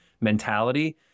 mentality